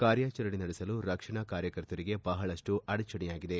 ಕಾರ್ಯಾಚರಣೆ ನಡೆಸಲು ರಕ್ಷಣಾ ಕಾರ್ಯಕರ್ತರಿಗೆ ಬಹಳಪ್ಪು ಅಡಚಣೆಯಾಗಿದೆ